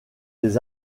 des